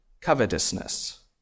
Covetousness